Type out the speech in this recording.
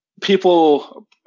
people